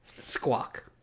Squawk